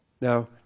Now